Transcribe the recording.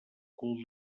cul